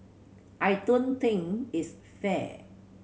I don't think it's fair